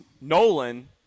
Nolan –